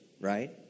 right